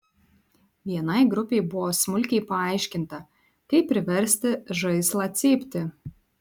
vienai grupei buvo smulkiai paaiškinta kaip priversti žaislą cypti